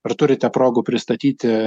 ar turite progų pristatyti